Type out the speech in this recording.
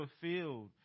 fulfilled